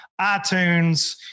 iTunes